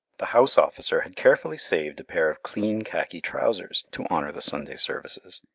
the house officer had carefully saved a pair of clean khaki trousers to honour the sunday services,